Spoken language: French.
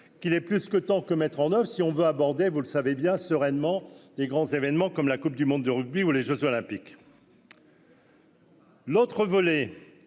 qu'il est plus que temps que mettre en oeuvre si on veut aborder, vous le savez bien sereinement les grands événements comme la Coupe du monde de rugby ou les Jeux olympiques.